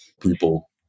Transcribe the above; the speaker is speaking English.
people